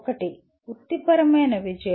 ఒకటి వృత్తిపరమైన విజయం